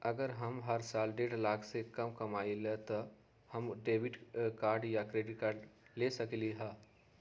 अगर हम हर साल डेढ़ लाख से कम कमावईले त का हम डेबिट कार्ड या क्रेडिट कार्ड ले सकली ह?